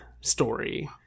story